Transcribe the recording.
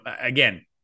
again